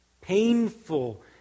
painful